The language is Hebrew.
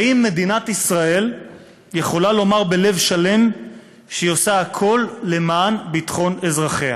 האם מדינת ישראל יכולה לומר בלב שלם שהיא עושה הכול למען ביטחון אזרחיה?